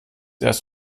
erst